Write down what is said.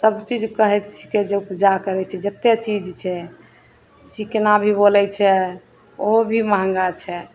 सभचीज कहैत छिकै जे उपजा करै छी जते चीज छै सिकना भी बोलै छै ओहो भी महँगा छै